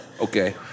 Okay